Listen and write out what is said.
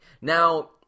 Now